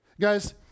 Guys